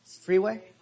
Freeway